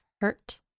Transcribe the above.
hurt